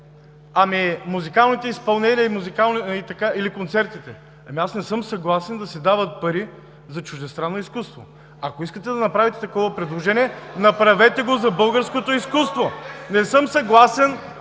Ами музикалните изпълнения или концертите? Не съм съгласен да се дават пари за чуждестранно изкуство. Ако искате да направите такова предложение, направете го за българското изкуство. (Шум и